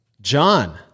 John